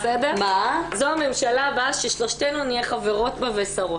זו הממשלה הבאה ששלושתנו נהיה חברות בה ושרות.